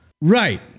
Right